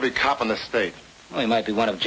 every cop in the state i might be one of